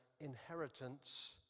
inheritance